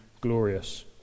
glorious